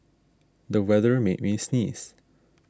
the weather made me sneeze